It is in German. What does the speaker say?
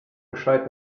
bescheid